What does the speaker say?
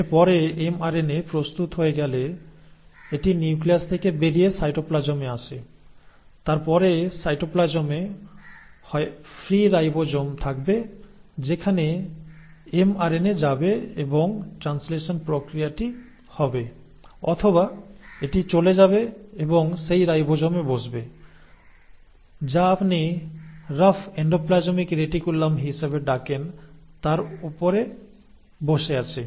এর পরে এমআরএনএ প্রস্তুত হয়ে গেলে এটি নিউক্লিয়াস থেকে বেরিয়ে সাইটোপ্লাজমে আসে এবং তারপরে সাইটোপ্লাজমে হয় ফ্রি রাইবোজোম থাকবে যেখানে এমআরএনএ যাবে এবং ট্রান্সলেশন প্রক্রিয়াটি হবে অথবা এটি চলে যাবে এবং সেই রাইবোজোমে বসবে যা আপনি রাফ এন্ডোপ্লাজমিক রেটিকুলাম হিসাবে ডাকেন তার উপর বসে আছে